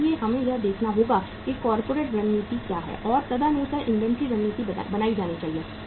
इसलिए हमें यह देखना होगा कि कॉरपोरेट रणनीति क्या है और तदनुसार इन्वेंट्री रणनीति बनाई जानी है